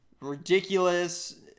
ridiculous